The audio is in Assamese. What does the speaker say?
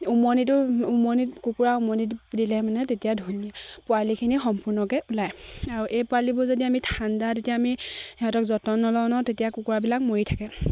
উমনিটো উমনি কুকুৰা উমনি দিলে মানে তেতিয়া ধুনীয়া পোৱালিখিনি সম্পূৰ্ণকে ওলায় আৰু এই পোৱালিবোৰ যদি আমি ঠাণ্ডা তেতিয়া আমি সিহঁতক যতন নলওঁ তেতিয়া কুকুৰাবিলাক মৰি থাকে